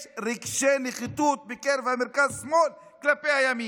יש רגשי נחיתות בקרב המרכז-שמאל כלפי הימין.